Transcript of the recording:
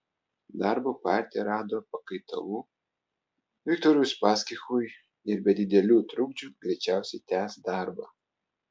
darbo partija rado pakaitalų viktorui uspaskichui ir be didelių trukdžių greičiausiai tęs darbą